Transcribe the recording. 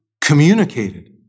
communicated